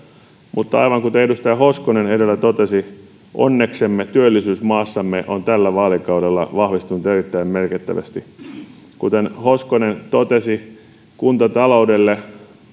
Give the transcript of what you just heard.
mutta aivan kuten edustaja hoskonen edellä totesi onneksemme työllisyys maassamme on tällä vaalikaudella vahvistunut erittäin merkittävästi kuten hoskonen totesi kuntataloudellekin